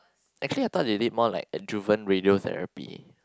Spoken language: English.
actually I thought they did more like radiotherapy